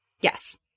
Yes